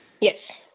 Yes